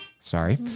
sorry